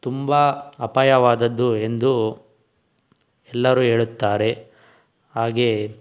ತುಂಬ ಅಪಾಯವಾದದ್ದು ಎಂದು ಎಲ್ಲರೂ ಹೇಳುತ್ತಾರೆ ಹಾಗೆ